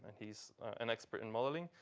he's an expert in modeling.